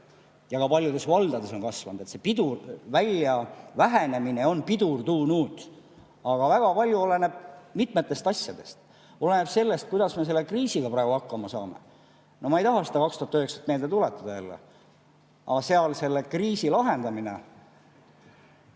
Ja ka paljudes valdades on kasvanud. See vähenemine on pidurdunud. Aga väga palju oleneb mitmetest asjadest. Oleneb sellest, kuidas me selle kriisiga praegu hakkama saame. No ma ei taha seda 2009. [aastat] meelde tuletada. Aga selle kriisi lahendamine